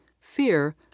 fear